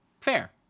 fair